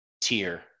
tier